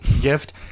gift